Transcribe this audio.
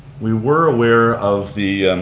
we were aware of the